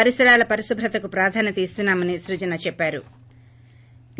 పరిసరాల పరిశుభ్రతకు ప్రాధాన్యత ఇస్తునామని సృజన చెప్పారు